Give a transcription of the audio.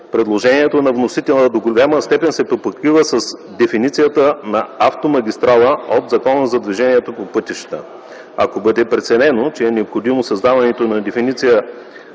предложението на вносителя до голяма степен се припокрива с дефиницията на „автомагистрала” от Закона за движението по пътищата. Ако бъде преценено, че е необходимо създаването на дефиниция